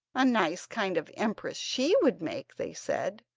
a nice kind of empress she would make they said,